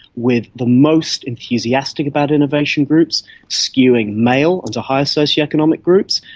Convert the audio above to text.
with the most enthusiastic about innovation groups skewing male and to higher socio-economic groups,